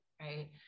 right